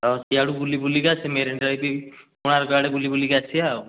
ଆଉ ସିଆଡ଼ୁ ବୁଲି ବୁଲିକା ସେ ମେରେନଡ୍ରାଇଭ୍ କୋଣାର୍କ ଆଡ଼େ ବୁଲି ବୁଲିକି ଆସିବା ଆଉ